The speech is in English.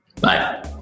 Bye